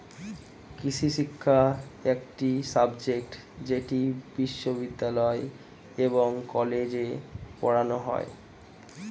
কৃষিশিক্ষা একটি সাবজেক্ট যেটি বিশ্ববিদ্যালয় এবং কলেজে পড়ানো হয়